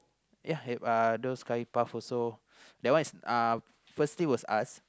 ya uh those curry puff also that one is uh firstly was us